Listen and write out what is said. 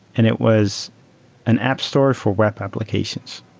and it was an app store for web applications,